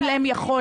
אין להם יכולת.